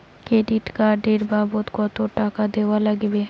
Credit card এর বাবদ কতো টাকা দেওয়া লাগবে?